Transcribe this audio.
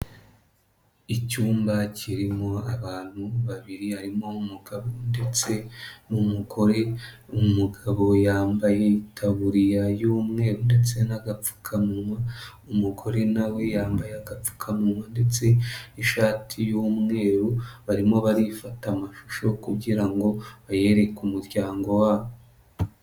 Icyumba kirimo abantu babiri harimo umugabo ndetse n'umugore, umugabo yambaye itaburiya y'umweru ndetse n'agapfukamunwa, umugore na we yambaye agapfukamunwa ndetse n'ishati y'umweru, barimo barifata amashusho kugira ngo bayereke umuryango wabo.